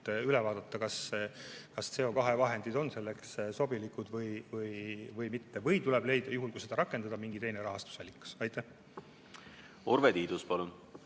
üle vaadata, kas CO2vahendid on selleks sobilikud või mitte. Või tuleb leida, juhul kui seda rakendada, mingi teine rahastusallikas. Urve Tiidus, palun!